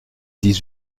dix